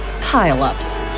pile-ups